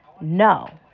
No